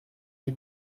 die